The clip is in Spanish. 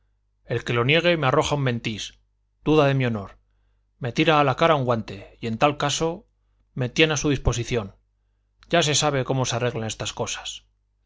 el que lo niegue me arroja un mentís duda de mi honor me tira a la cara un guante y en tal caso me tiene a su disposición ya se sabe cómo se arreglan estas cosas